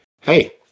Hey